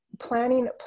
planning